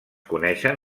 coneixen